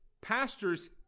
pastors